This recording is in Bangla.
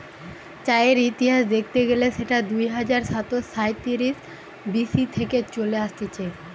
চায়ের ইতিহাস দেখতে গেলে সেটা দুই হাজার সাতশ সাইতিরিশ বি.সি থেকে চলে আসতিছে